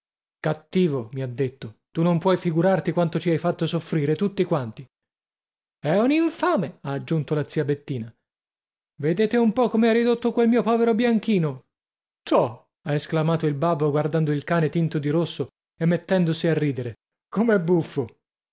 cattivo mi ha detto tu non puoi figurarti quanto ci hai fatto soffrire tutti quanti è un infame ha aggiunto la zia bettina vedete un po come ha ridotto quel mio povero bianchino toh ha esclamato il babbo guardando il cane tinto di rosso e mettendosi a ridere come è buffo